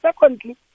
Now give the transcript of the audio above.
secondly